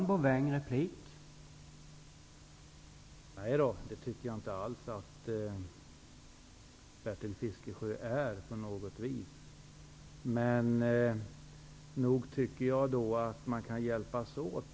Herr talman! Nej, det tycker jag inte alls att Bertil Fiskesjö är. Men jag tycker att man kan hjälpas åt.